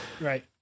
Right